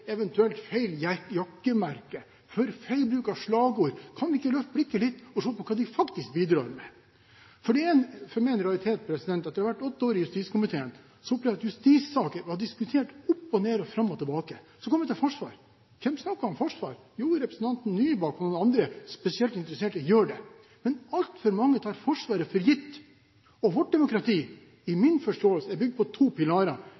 feil jakkemerke eller for feil bruk av slagord. Kan vi ikke løfte blikket litt og se på hva de faktisk bidrar med? I mine åtte år i justiskomiteen opplevde jeg at justissaker var diskutert opp og ned og fram og tilbake. Så kom jeg til forsvar. Hvem snakker om forsvar? Jo, representanten Nybakk og noen andre spesielt interesserte gjør det. Men altfor mange tar Forsvaret for gitt. Vårt demokrati, i min forståelse, er bygd på to pilarer.